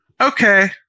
Okay